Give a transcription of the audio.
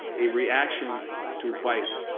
a reaction to white